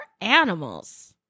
animals